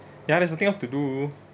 ya there's nothing else to do